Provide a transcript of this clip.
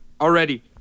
Already